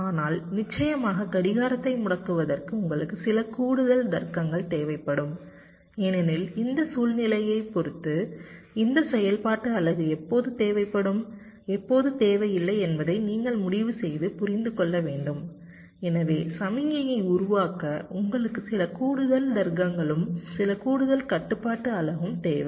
ஆனால் நிச்சயமாக கடிகாரத்தை முடக்குவதற்கு உங்களுக்கு சில கூடுதல் தர்க்கங்கள் தேவைப்படும் ஏனெனில் இந்த சூழ்நிலையைப் பொறுத்து இந்த செயல்பாட்டு அலகு எப்போது தேவைப்படும் எப்போது தேவையில்லை என்பதை நீங்கள் முடிவு செய்து புரிந்து கொள்ள வேண்டும் எனவே சமிக்ஞையை உருவாக்க உங்களுக்கு சில கூடுதல் தர்க்கங்களும் சில கூடுதல் கட்டுப்பாட்டு அலகும் தேவை